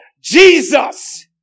Jesus